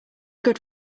good